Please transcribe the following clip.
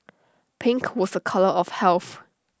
pink was A colour of health